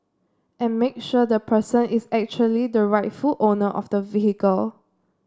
and make sure the person is actually the rightful owner of the vehicle